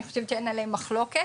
אני חושבת שאין עליהם מחלוקת.